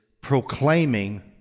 proclaiming